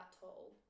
tall